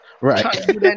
right